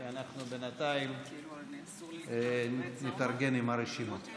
ואנחנו בינתיים נתארגן עם הרשימות.